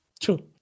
True